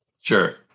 Sure